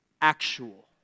actual